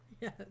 Yes